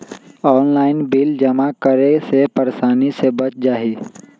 Online bill जमा करे से परेशानी से बच जाहई?